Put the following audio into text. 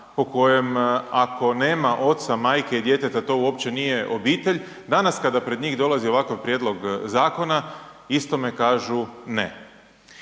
po kojem, ako nema oca, majke i djeteta, to uopće nije obitelj, danas kada pred njih dolazi ovakav prijedlog zakona, istome kažu ne.